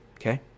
Okay